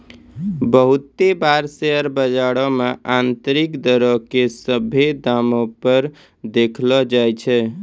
बहुते बार शेयर बजारो मे आन्तरिक दरो के सभ्भे दामो पे देखैलो जाय छै